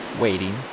waiting